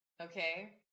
Okay